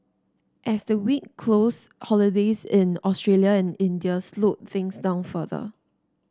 as the week closed holidays in Australia and India slowed things down further